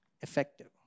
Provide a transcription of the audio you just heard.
Effective